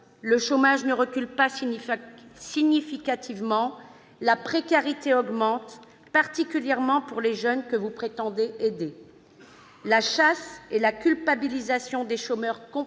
le chômage ne recule pas significativement, mais la précarité augmente, particulièrement pour les jeunes que vous prétendez aider ; la chasse et la culpabilisation des chômeurs continuent et